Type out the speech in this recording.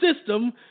system